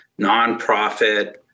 nonprofit